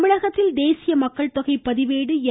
தமிழகத்தில் தேசிய மக்கள் தொகை பதிவேடு என்